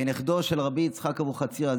כנכדו של רבי יצחק אבוחצירא,